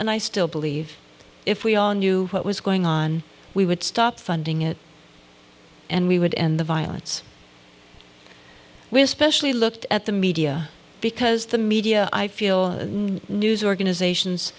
and i still believe if we all knew what was going on we would stop funding it and we would end the violence we especially looked at the media because the media i feel news organizations